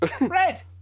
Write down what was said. Red